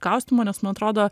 kaustymo nes nu atrodo